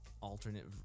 alternate